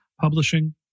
publishing